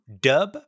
Dub